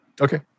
Okay